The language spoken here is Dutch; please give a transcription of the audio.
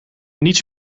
niets